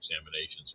examinations